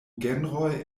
genroj